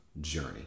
journey